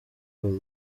will